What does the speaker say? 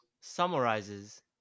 summarizes